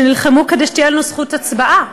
שנלחמו כדי שתהיה לנו זכות הצבעה,